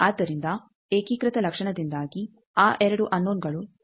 ಆದ್ದರಿಂದ ಏಕೀಕೃತ ಲಕ್ಷಣದಿಂದಾಗಿ ಆ 2 ಅನ್ನೋನಗಳು ಹೋಗಿವೆ